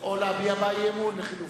או להביע בה אי-אמון, לחלופין.